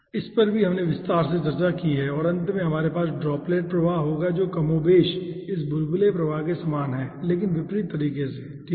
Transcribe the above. इस पर भी हमने विस्तार से चर्चा की है और अंत में हमारे पास ड्रॉपलेट प्रवाह होगा जो कमोबेश इस बुलबुले प्रवाह के समान है लेकिन विपरीत तरीके से ठीक है